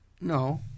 No